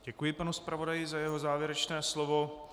Děkuji panu zpravodaji za jeho závěrečné slovo.